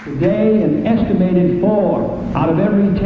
today, an estimated four out of every